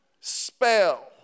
spell